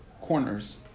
corners